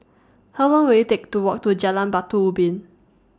How Long Will IT Take to Walk to Jalan Batu Ubin